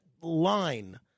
line